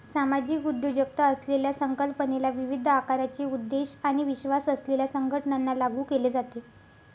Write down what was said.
सामाजिक उद्योजकता असलेल्या संकल्पनेला विविध आकाराचे उद्देश आणि विश्वास असलेल्या संघटनांना लागू केले जाते